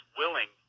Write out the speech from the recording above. willing